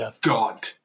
God